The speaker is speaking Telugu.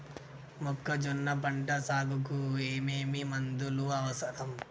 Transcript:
మొక్కజొన్న పంట సాగుకు ఏమేమి మందులు అవసరం?